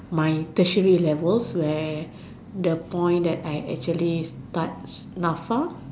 my Tertiary levels where the point that I actually start N_A_F_A